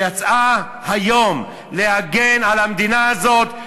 שיצאה היום להגן על המדינה הזאת,